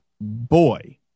boy